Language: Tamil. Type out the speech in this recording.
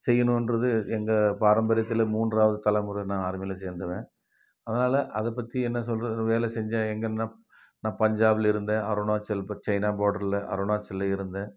செய்யணும்ன்றது எங்கள் பாரம்பரியத்தில் மூன்றாவது தலைமுறை நான் ஆர்மியில் சேர்ந்தவன் அதனால் அதை பற்றி என்ன சொல்கிறது வேலை செஞ்சேன் எங்கே என்ன நான் பஞ்சாபில் இருந்தேன் அருணாச்சல் சைனா பார்டரில் அருணாச்சலில் இருந்தேன்